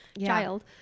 child